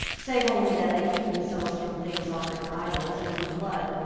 save only that they keep themselves from things offered to idols, and from blood,